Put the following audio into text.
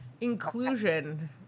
Inclusion